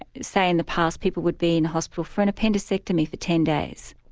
say in the past people would be in hospital for an appendectomy for ten days.